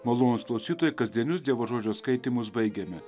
malonūs klausytojai kasdienius dievo žodžio skaitymus baigiame